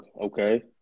okay